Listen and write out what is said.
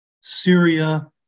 Syria